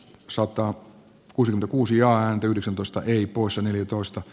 sokka kuusi kuusi ja yhdeksäntoista ei poissa neljätoista